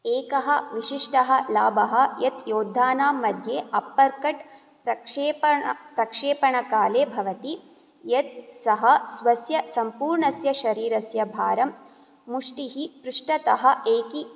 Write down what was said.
एकः विशिष्टः लाभः यत् योद्धानां मध्ये अपर्कट् प्रक्षेप प्रक्षेपणकाले भवति यत् सः स्वस्य सम्पूर्णस्य शरीरस्य भारं मुष्टिः पृष्टतः एकी